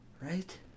Right